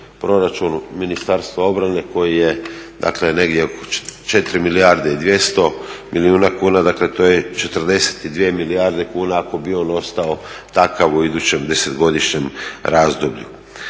proračunom Ministarstva obrane koji je, dakle negdje oko 4 milijarde i 200 milijuna kuna. Dakle, to je 42 milijarde kuna ako bi on ostao takav u idućem deset godišnjem razdoblju.